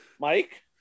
Mike